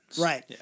Right